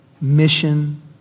mission